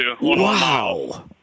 Wow